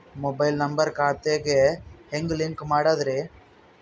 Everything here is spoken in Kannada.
ಮೊಬೈಲ್ ನಂಬರ್ ಖಾತೆ ಗೆ ಹೆಂಗ್ ಲಿಂಕ್ ಮಾಡದ್ರಿ?